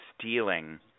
stealing